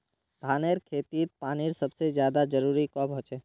धानेर खेतीत पानीर सबसे ज्यादा जरुरी कब होचे?